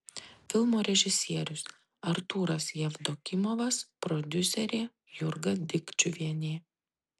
filmo režisierius artūras jevdokimovas prodiuserė jurga dikčiuvienė